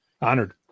Honored